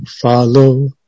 follow